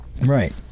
right